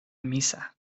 misa